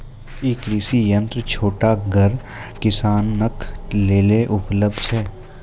ई कृषि यंत्र छोटगर किसानक लेल उपलव्ध छै?